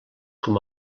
com